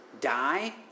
die